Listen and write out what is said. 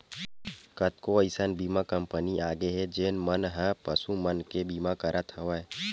कतको अइसन बीमा कंपनी आगे हे जेन मन ह पसु मन के बीमा करत हवय